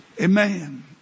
Amen